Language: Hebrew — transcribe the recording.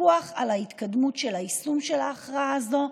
פיקוח על ההתקדמות של יישום ההכרעה הזאת,